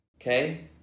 Okay